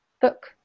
book